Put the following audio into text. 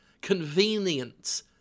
convenience